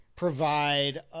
provide